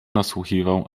nasłuchiwał